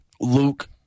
Luke